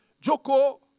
Joko